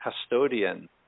custodian